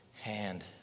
hand